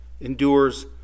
endures